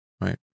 Right